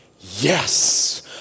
Yes